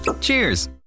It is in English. Cheers